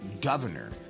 governor